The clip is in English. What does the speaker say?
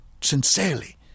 sincerely